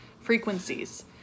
frequencies